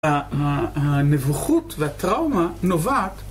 הנבוכות והטראומה נובעת